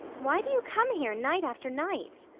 why do you come here night after night?